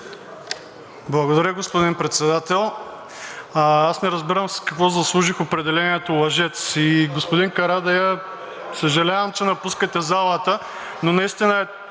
Благодаря, господин Председател. Аз не разбирам с какво заслужих определението „лъжец“? И, господин Карадайъ, съжалявам, че напускате залата, но наистина